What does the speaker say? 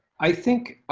i think